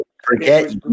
Forget